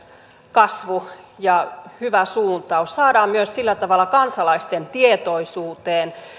kasvu ja hyvä suuntaus saadaan myös sillä tavalla kansalaisten tietoisuuteen